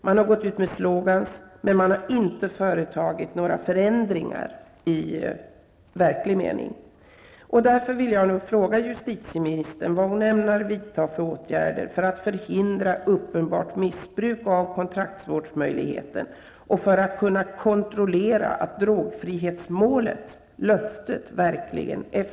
Man har gått ut med slogans, men man har inte företagit några förändringar i verklig mening.